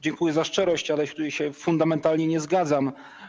Dziękuję za szczerość, ale tu się fundamentalnie nie zgadzam.